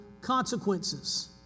consequences